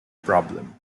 problem